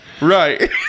Right